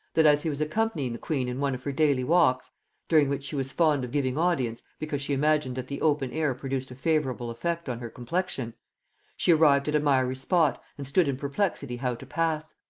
that as he was accompanying the queen in one of her daily walks during which she was fond of giving audience, because she imagined that the open air produced a favorable effect on her complexion she arrived at a miry spot, and stood in perplexity how to pass.